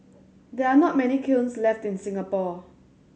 there are not many kilns left in Singapore